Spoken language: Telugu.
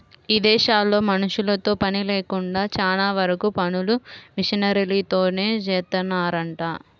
ఇదేశాల్లో మనుషులతో పని లేకుండా చానా వరకు పనులు మిషనరీలతోనే జేత్తారంట